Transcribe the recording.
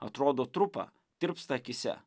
atrodo trupa tirpsta akyse